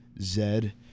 Zed